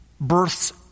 births